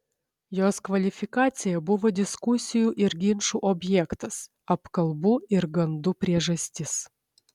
jos kvalifikacija buvo diskusijų ir ginčų objektas apkalbų ir gandų priežastis